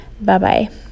Bye-bye